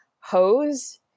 hose